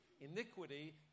Iniquity